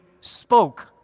spoke